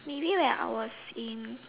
maybe when I was in